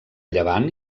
llevant